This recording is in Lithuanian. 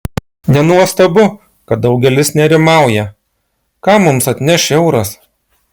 nenuostabu kad daugelis nerimauja ką mums atneš euras